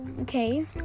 okay